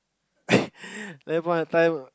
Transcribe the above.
that point of time